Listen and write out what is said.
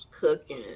cooking